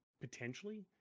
potentially